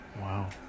Wow